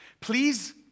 please